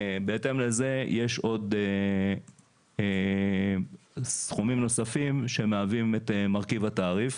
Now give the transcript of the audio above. בהתאם לזה יש סכומים נוספים שמהווים את מרכיב התעריף